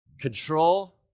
control